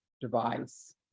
device